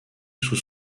sous